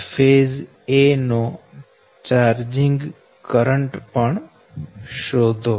અને phase A નો charging current પણ શોધો